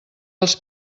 els